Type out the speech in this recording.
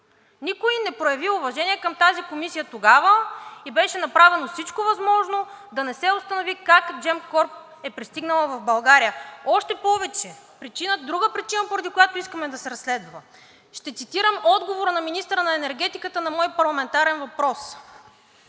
Никой не прояви уважение към тази комисия тогава и беше направено всичко възможно да не се установи как Gemcorp е пристигнала в България и е другата причина, поради която искаме да се разследва. Ще цитирам отговора на министъра на енергетиката на мой парламентарен въпрос: